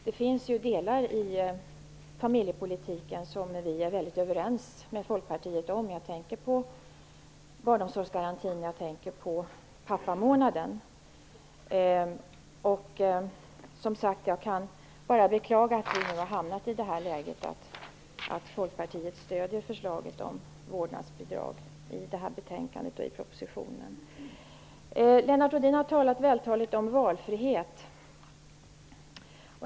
Det finns delar av familjepolitiken där vi är ganska överens med Folkpartiet. Jag tänker på barnomsorgsgarantin och pappamånaden. Jag kan, som sagt, bara beklaga att vi nu har hamnat i det läget att Folkpartiet stöder förslaget om vårdnadsbidrag i propositionen och i det här betänkandet. Lennart Rohdin har vältaligt yttrat sig om valfrihet.